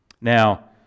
Now